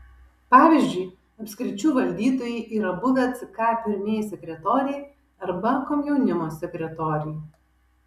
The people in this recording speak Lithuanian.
pavyzdžiui apskričių valdytojai yra buvę ck pirmieji sekretoriai arba komjaunimo sekretoriai